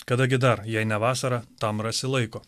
kada gi dar jei ne vasarą tam rasi laiko